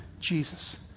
Jesus